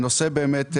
הנושא באמת נידון.